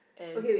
and